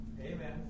Amen